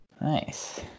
Nice